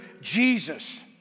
Jesus